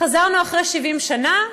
חזרנו אחרי 70 שנה,